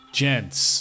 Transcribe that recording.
gents